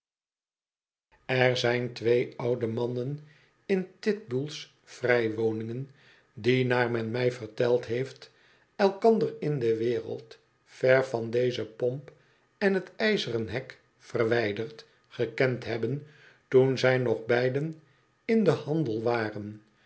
ér zijn twee oude mannen in titbull's vrijwoningen die naar men mij verteld heeft elkander in de wereld ver van deze pomp en t ijzeren hek verwijderd gekend hebben toen zij nog beiden in den handel waren